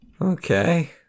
Okay